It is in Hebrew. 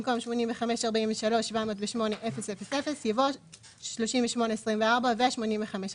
במקום "ו-85.43.708000" יבוא "38.24 ו-85.43".